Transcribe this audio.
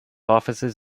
offices